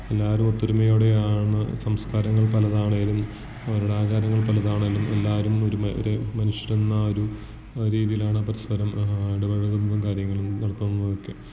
എല്ലാവരും ഒത്തൊരുമയോടെയാണ് സംസ്കാരങ്ങള് പലതാണേലും അവരുടെ ആചാരങ്ങള് പലതാണേലും എല്ലാവരും ഒരുമ ഒരേ മനുഷ്യരെന്ന ആ ഒരു രീതിയിലാണ് പരസ്പരം ഇടപഴകുന്നതും കാര്യങ്ങളും നടത്തുന്നതൊക്കെ